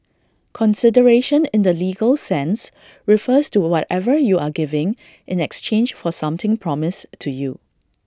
consideration in the legal sense refers to whatever you are giving in exchange for something promised to you